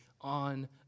on